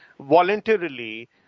voluntarily